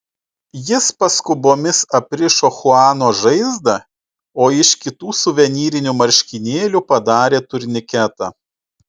jis paskubomis aprišo chuano žaizdą o iš kitų suvenyrinių marškinėlių padarė turniketą